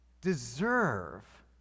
deserve